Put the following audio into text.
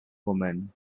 woman